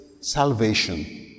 salvation